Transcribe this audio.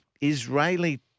Israeli